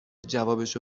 جوابشو